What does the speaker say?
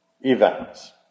events